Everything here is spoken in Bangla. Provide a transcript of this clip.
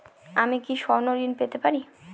আমি কি স্বর্ণ ঋণ পেতে পারি?